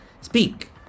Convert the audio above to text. speak